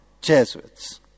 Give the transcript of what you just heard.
Jesuits